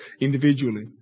individually